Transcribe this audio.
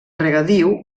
regadiu